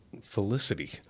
Felicity